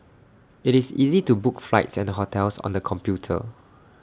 IT is easy to book flights and hotels on the computer